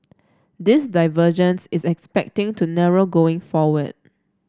this divergence is expecting to narrow going forward